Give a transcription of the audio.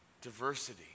diversity